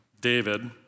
David